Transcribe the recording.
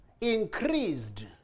increased